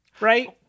Right